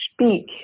speak